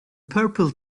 purple